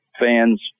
fans